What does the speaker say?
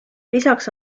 lisaks